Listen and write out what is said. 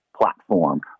platform